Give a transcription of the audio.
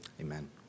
Amen